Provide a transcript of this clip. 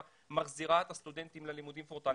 מחזירה את הסטודנטים ללימודים פרונטליים.